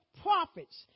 prophets